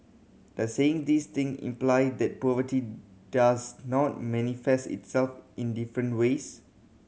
does saying these thing imply that poverty does not manifest itself in different ways